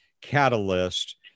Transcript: catalyst